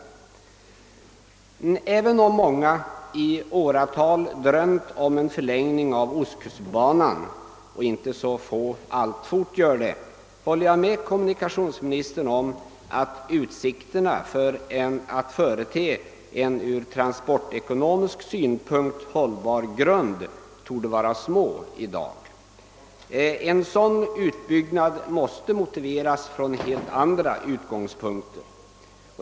Även om många i åratal drömt om en förlängning av ostkustbanan och inte så få alltfort gör det, håller jag med kommunikationsministern om att utsikterna att förete en från transportekonomisk synpunkt hållbar grund torde vara små i dag. En sådan utbyggnad måste motiveras från helt andra utgångspunkter.